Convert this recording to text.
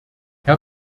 herr